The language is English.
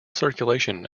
circulation